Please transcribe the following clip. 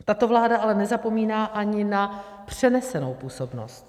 Tato vláda ale nezapomíná ani na přenesenou působnost.